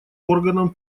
органом